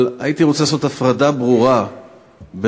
אבל הייתי רוצה לעשות הפרדה ברורה בין